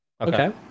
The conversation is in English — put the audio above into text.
Okay